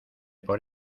por